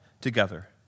together